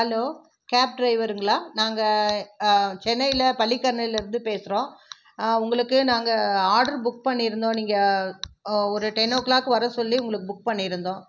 hello cab ட்ரைவருங்களா நாங்கள் சென்னையில் பள்ளிக்கரணையில் இருந்து பேசுகிறோம் உங்களுக்கு நாங்கள் ஆர்டர் புக் பண்ணியிருந்தோம் நீங்கள் ஒரு டென் ஓ கிளாக் வர சொல்லி உங்களுக்கு புக் பண்ணியிருந்தோம்